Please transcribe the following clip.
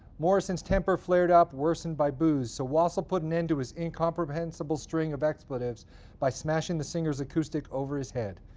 morrison's temper flared up, worsened by booze, so wassel put an end to his incomprehensible string of expletives by smashing the singer's acoustic over his head.